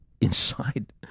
inside